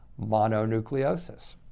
mononucleosis